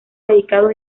dedicado